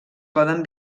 poden